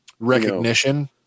recognition